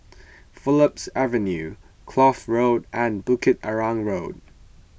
Phillips Avenue Kloof Road and Bukit Arang Road